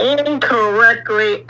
incorrectly